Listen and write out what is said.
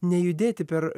nejudėti per